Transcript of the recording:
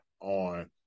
on